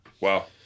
Wow